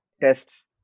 tests